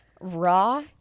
Raw